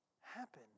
happen